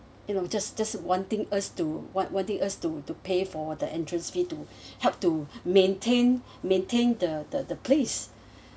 you know just just wanting us to want~ wanting us to to pay for the entrance fee to help to maintain maintain the the the place